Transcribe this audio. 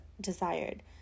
desired